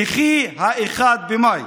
יחי 1 במאי.